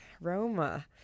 Roma